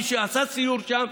מי שעשה סיור שם,